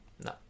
No